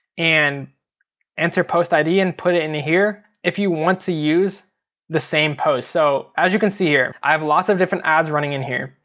and enter post id and put it into here if you want to use the same post. so as you can see here, i have lots of different ads running in here.